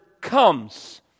comes